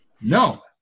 No